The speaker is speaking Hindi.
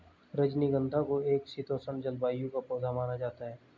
रजनीगंधा को एक शीतोष्ण जलवायु का पौधा माना जाता है